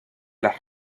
las